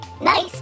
nice